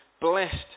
blessed